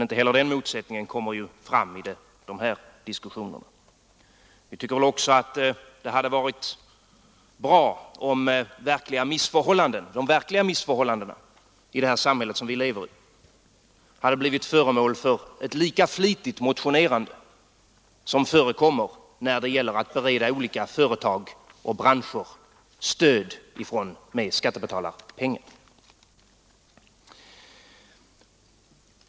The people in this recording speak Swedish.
Inte heller den motsättningen kommer ju fram i de här diskussionerna. Det hade varit bra om de verkliga missförhållandena i det samhälle som vi lever i hade blivit föremål för ett lika flitigt motionerande som förekommer när det gäller att bereda olika företag och branscher stöd med skattebetalarnas pengar.